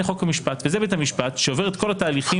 חוק ומשפט וזה בית המשפט שעובר את כל התהליכים,